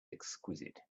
exquisite